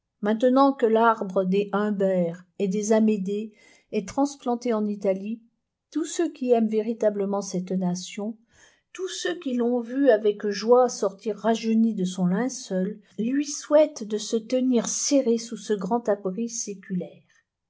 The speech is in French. maintenant que l'arbre des humbert et des amédée est transplanté en italie tous ceux qui aiment véritablement cette nation tous ceux qui l'ont vue avec joie sortir rajeunie de son linceul lui souhaitent de se tenir serrée sous ce grand abri séculaire